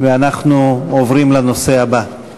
חברי הכנסת, אנחנו עוברים לנושא הבא: